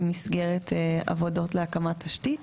במסגרת עבודות להקמת תשתית